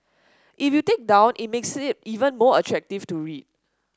if you take down it makes it even more attractive to read